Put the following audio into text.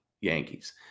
Yankees